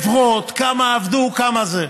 חברות, כמה עבדו, כמה זה.